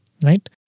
Right